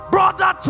Brother